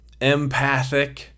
empathic